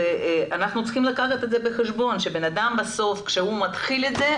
אנחנו צריכים לקחת בחשבון שאדם בסוף כשהוא מתחיל את זה,